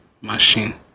machine